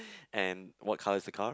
and what colour is the car